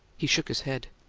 he shook his head.